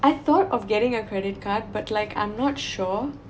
I thought of getting a credit card but like I'm not sure